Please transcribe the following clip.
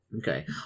Okay